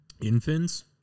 Infants